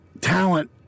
talent